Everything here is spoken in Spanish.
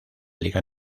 liga